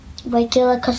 Regular